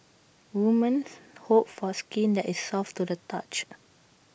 women hope for skin that is soft to the touch